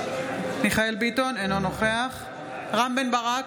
אינו נוכח רם בן ברק,